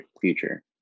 future